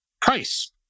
price